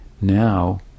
Now